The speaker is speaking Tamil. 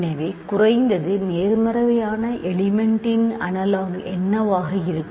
எனவே குறைந்தது நேர்மறையான எலிமெண்டின் அனலாக் என்னவாக இருக்கும்